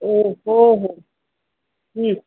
हो हो हो